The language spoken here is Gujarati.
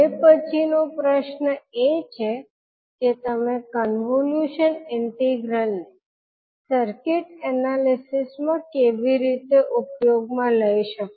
હવે પછી નો પ્રશ્ન એ છે કે તમે કોન્વોલ્યુશન ઇન્ટિગ્રલ ને સર્કિટ એનાલિસિસ માં કેવી રીતે ઉપયોગમાં લઇ શકો